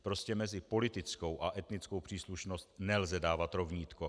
Prostě mezi politickou a etnickou příslušnost nelze dávat rovnítko.